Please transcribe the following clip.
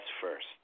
first